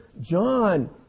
John